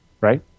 Right